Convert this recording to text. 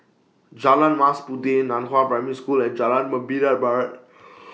Jalan Mas Puteh NAN Hua Primary School and Jalan Membina Barat